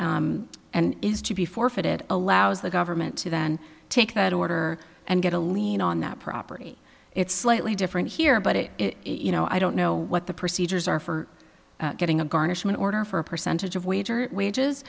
and and is to be forfeited allows the government to then take that order and get a lien on that property it's slightly different here but it you know i don't know what the procedures are for getting a garnishment order for a percentage of wage or wages